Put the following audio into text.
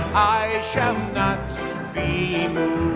i shall not be